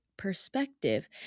perspective